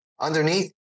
Underneath